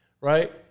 right